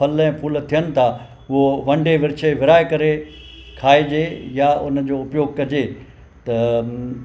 फल ऐं फूल थियनि था उहो वंडे विरछे विराहे करे खाइजे या उन जो उपयोग कजे त